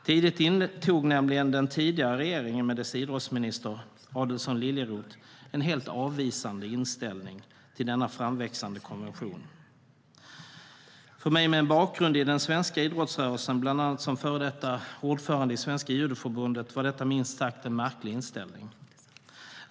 Tidigt intog nämligen den tidigare regeringen med dess idrottsminister Adelsohn Liljeroth en helt avvisande inställning till denna framväxande konvention. För mig, med bakgrund i den svenska idrottsrörelsen, bland annat som före detta ordförande i Svenska Judoförbundet, var detta en minst sagt märklig inställning.